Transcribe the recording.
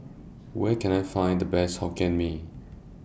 Where Can I Find The Best Fried Hokkien Mee